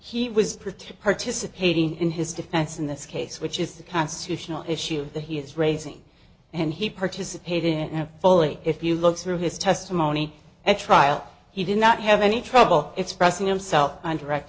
to participating in his defense in this case which is the constitutional issue that he is raising and he participated and fully if you look through his testimony at trial he did not have any trouble expressing himself on direct